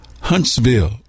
Huntsville